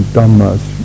Dhammas